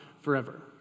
forever